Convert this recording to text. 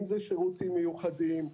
אם אלה שירותים מיוחדים,